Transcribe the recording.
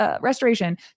restoration